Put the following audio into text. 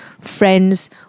friends